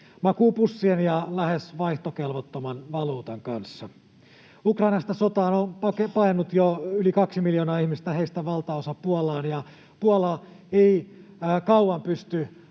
makuupussien ja lähes vaihtokelvottoman valuutan kanssa. Ukrainasta sotaa on paennut jo yli kaksi miljoonaa ihmistä, heistä valtaosa Puolaan, ja Puola ei kauan pysty